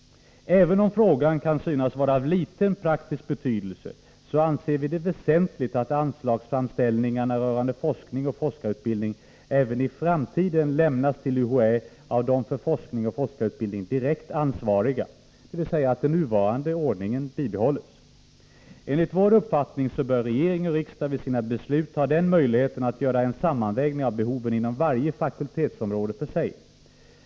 Även om frågan kan synas vara av liten praktisk betydelse, anser vi det väsentligt att anslagsframställningar rörande forskning och forskarutbildning även i framtiden lämnas till UHÄ av de för forskning och forskarutbildning direkt ansvariga, dvs. att nuvarande ordning bibehålls. Enligt vår uppfattning bör regering och riksdag vid sina beslut ha den möjligheten att göra en sammanvägning av behoven inom varje fakultetsområde för sig.